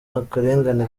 akarengane